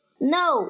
No